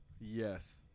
Yes